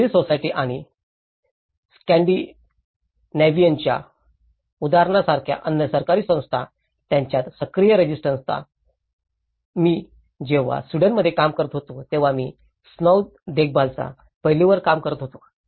civil society आणि स्कॅन्डिनेव्हियनScandinavianच्या उदाहरणासारख्या अन्य सरकारी संस्था यांच्यात सक्रिय रेजिस्टन्सता मी जेव्हा स्वीडनमध्ये काम करत होतो तेव्हा मी स्नोव देखभाल या पैलूवर काम करत होतो